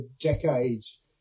decades